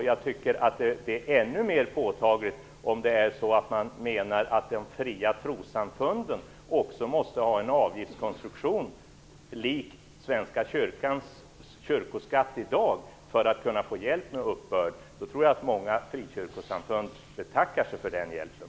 Jag tycker att detta blir ännu mer påtagligt om man menar att de fria trossamfunden också måste ha en avgiftskonstruktion som är identisk med den kyrkoskatt som Svenska kyrkan har i dag för att få hjälp med uppbörd. Då tror jag att många frikyrkosamfund betackar sig för den hjälpen.